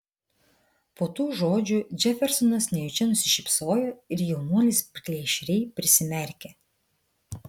po tų žodžių džefersonas nejučia nusišypsojo ir jaunuolis plėšriai prisimerkė